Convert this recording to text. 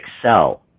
excel